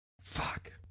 Fuck